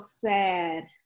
sad